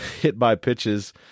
hit-by-pitches